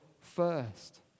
first